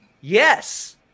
Yes